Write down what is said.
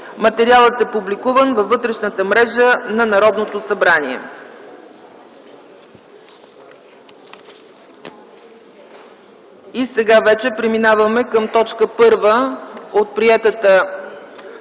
Същият е публикуван във вътрешната мрежа на Народното събрание.